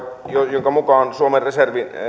jonka mukaan suomen reserviä